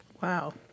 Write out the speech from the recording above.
Wow